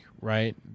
right